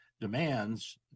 demands